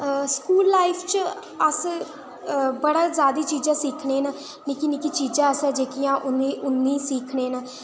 school life च अस बड़ा ज्यादा चीजां सिक्खने न निक्की निक्की चीज़ां अस जेह्कियां उ'नें ई उ'न्नी सिक्खने न